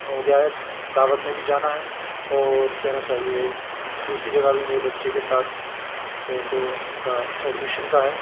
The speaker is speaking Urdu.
ہو گیا ہے دعوت میں بھی جانا ہے اور کہنا چاہیے دوسری جگہ بھی میرے بچے کے ساتھ ہے تو ان کا ایڈمیشن کا ہے